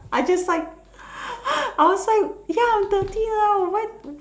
I just like I was like ya I'm thirty now what